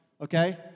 Okay